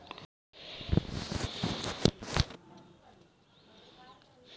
पंचवीस चेकसाठी तुम्हाला पंचाहत्तर रुपये आणि जी.एस.टी भरणे आवश्यक आहे